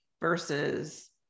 versus